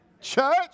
Church